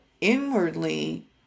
inwardly